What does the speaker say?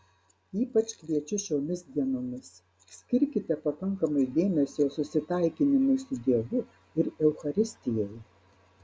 ypač kviečiu šiomis dienomis skirkite pakankamai dėmesio susitaikinimui su dievu ir eucharistijai